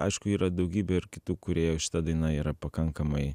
aišku yra daugybė ir kitų kūrėjų šita daina yra pakankamai